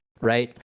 right